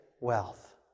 wealth